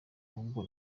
ahubwo